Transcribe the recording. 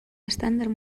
estàndard